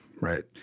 Right